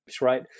right